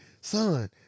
son